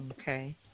Okay